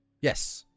Yes